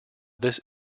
this